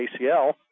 ACL